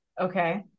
Okay